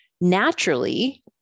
naturally